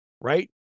Right